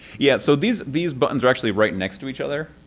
yeah, so these these buttons are actually right next to each other.